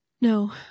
no